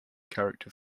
character